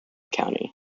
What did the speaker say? country